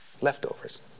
Leftovers